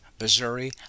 Missouri